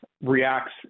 reacts